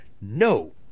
No